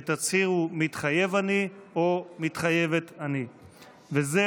ותצהירו "מתחייב אני" או "מתחייבת אני".